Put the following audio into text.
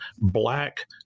black